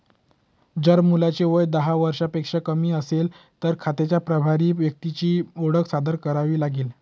जर मुलाचे वय दहा वर्षांपेक्षा कमी असेल, तर खात्याच्या प्रभारी व्यक्तीची ओळख सादर करावी लागेल